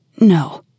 no